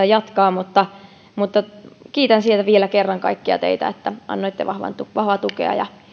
jatkaa mutta mutta kiitän siitä vielä kerran kaikkia teitä että annoitte vahvaa tukea ja